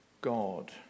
God